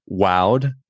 wowed